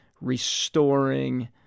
restoring